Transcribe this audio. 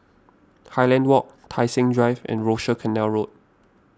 Highland Walk Tai Seng Drive and Rochor Canal Road